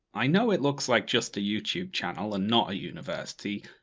i know it looks like just a youtube channel, and not a university.